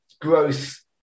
growth